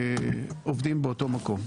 שעובדים באותו מקום.